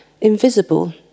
invisible